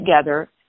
together